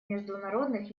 международных